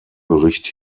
bericht